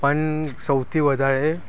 પણ સૌથી વધારે